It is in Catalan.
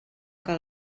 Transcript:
que